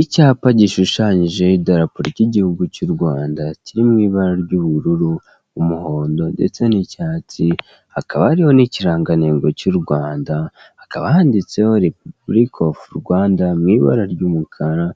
Icyapa gishushanyijeho idarapo ry'igihugu cy'u Rwanda kiri mu ibara ry'ubururu umuhondo ndetse n'icyatsi, hakaba ariho n'ikirangantego cy'u Rwanda hakaba handitseho ripabuliki ofu Rwanda mu ibara ry'umukara